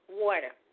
water